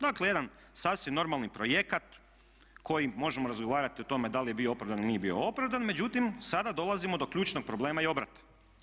Dakle, jedan sasvim normalni projekt koji možemo razgovarati o tome da li je bio opravdan ili nije bio opravdan međutim sada dolazimo do ključnog problema i obrata.